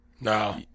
No